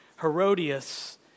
Herodias